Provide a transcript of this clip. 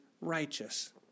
righteous